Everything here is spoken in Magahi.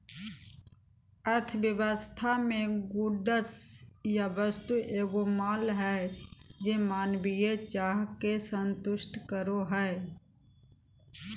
अर्थव्यवस्था मे गुड्स या वस्तु एगो माल हय जे मानवीय चाह के संतुष्ट करो हय